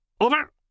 over